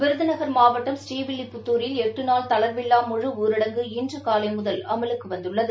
விருதநகள் மாவட்டம் ஸ்ரீவில்லிப்புத்தூரில் எட்டுநாள் தளர்வில்லா முழுஊரடங்கு இன்று காலை முதல் அமலுக்கு வந்துள்ளது